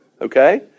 Okay